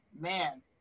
Man